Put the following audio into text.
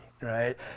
right